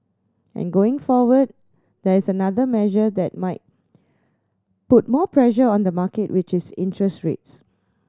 and going forward there is another measure that might put more pressure on the market which is interest rates